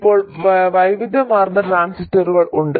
ഇപ്പോൾ വൈവിധ്യമാർന്ന ട്രാൻസിസ്റ്ററുകൾ ഉണ്ട്